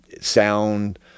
sound